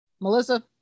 Melissa